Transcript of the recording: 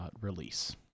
release